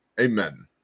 Amen